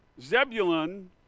Zebulun